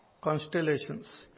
constellations